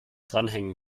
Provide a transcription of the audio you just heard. dranhängen